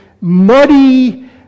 muddy